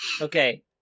Okay